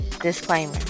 Disclaimer